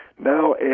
Now